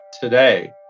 today